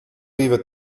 vive